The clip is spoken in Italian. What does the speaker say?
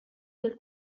del